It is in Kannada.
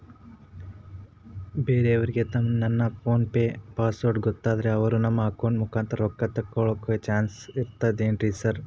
ಬೇರೆಯವರಿಗೆ ನಮ್ಮ ಫೋನ್ ಪೆ ಪಾಸ್ವರ್ಡ್ ಗೊತ್ತಾದ್ರೆ ಅವರು ನಮ್ಮ ಅಕೌಂಟ್ ಮುಖಾಂತರ ರೊಕ್ಕ ತಕ್ಕೊಳ್ಳೋ ಚಾನ್ಸ್ ಇರ್ತದೆನ್ರಿ ಸರ್?